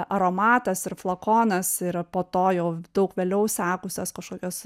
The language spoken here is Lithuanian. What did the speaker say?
aromatas ir flakonas ir po to jau daug vėliau sekusios kažkokios